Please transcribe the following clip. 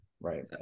Right